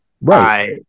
Right